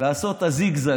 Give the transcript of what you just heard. לעשות את הזיגזג,